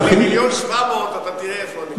אבל עם 1.7 מיליון אתה תראה לאיפה נגיע.